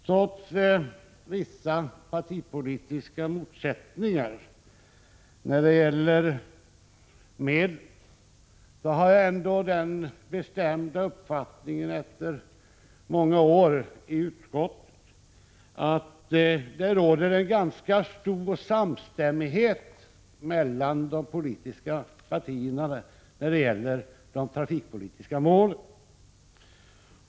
Trots vissa partipolitiska motsättningar när det gäller medlen har jag ändå den bestämda uppfattningen, efter många år i utskottet, att det råder en ganska stor samstämmighet mellan de politiska partierna om de trafikpolitiska målen.